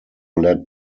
led